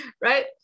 Right